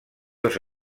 dos